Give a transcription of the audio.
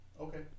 okay